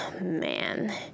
man